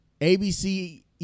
ABC